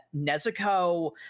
nezuko